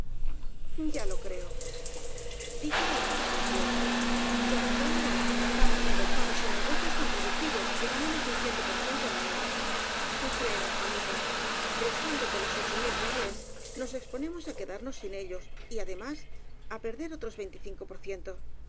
ya lo creo dijo doña encarnación como que ahora andamos engolfados en negocios tan productivos que ganamos un ciento por ciento al año créeme juanita prestándote los ocho mil rea les nos exponemos á quedarnos sin ellos y además á perder otros veinticinco por ciento